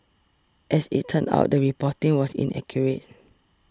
as it turned out the reporting was inaccurate